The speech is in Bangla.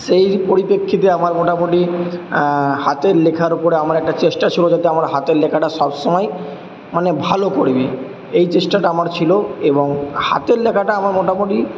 সেই পরিপ্রেক্ষিতে আমার মোটামুটি হাতের লেখার উপরে আমার একটা চেষ্টা ছিল যাতে আমার হাতের লেখাটা সবসময় মানে ভালো করবি এই চেষ্টাটা আমার ছিল এবং হাতের লেখাটা আমার মোটামুটি